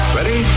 Ready